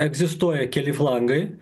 egzistuoja keli flangai